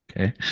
Okay